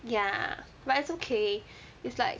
ya but it's okay it's like